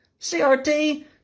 CRT